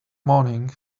moaning